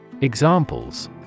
Examples